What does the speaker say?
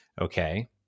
Okay